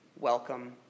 welcome